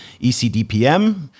ECDPM